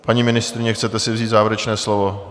Paní ministryně, chcete si vzít závěrečné slovo?